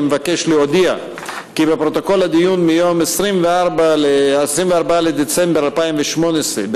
אני מבקש להודיע כי בפרוטוקול הדיון מיום 24 בדצמבר 2018,